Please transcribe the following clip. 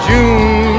June